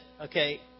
okay